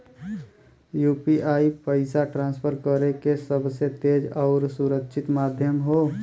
UPI पइसा transfer करे क सबसे तेज आउर सुरक्षित माध्यम हौ